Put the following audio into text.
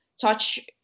touch